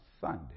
Sunday